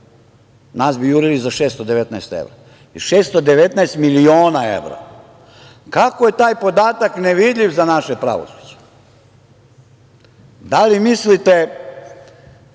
nas bi jurili za 619 evra, već 619 miliona evra? Kako je taj podatak nevidljiv za naše pravosuđe? Da li mislite